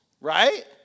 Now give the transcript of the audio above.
right